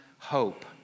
Hope